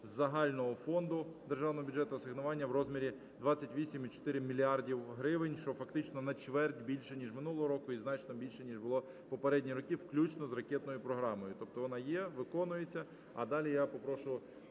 загального фонду державного бюджету асигнування у розмірі 28,4 мільярда гривень, що фактично на чверть більше ніж минулого року і значно більше ніж було в попередні роки включно з ракетною програмою. Тобто вона є, виконується. А далі я попрошу